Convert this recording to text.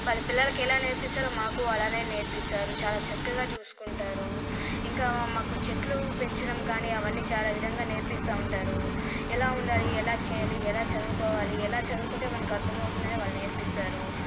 వాళ్ళ పిల్లలకి ఎలా నేర్పిస్తారో మాకు అలానే నేర్పిస్తారు చాలా చక్కగా చూసుకుంటారు ఇంకా మాకు చెట్లు పెంచడం కానీ అవన్నీ చాలా విధంగా నేర్పిస్తా ఉంటారు ఎలా ఉండాలి ఎలా చేయాలి ఎలా చదువుకోవాలి ఎలా చదువుకుంటే మనకర్ధమవుతుందని వాళ్ళు నేర్పిస్తారు